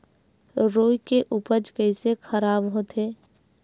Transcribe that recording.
रुई के उपज कइसे खराब होथे?